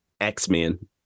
X-Men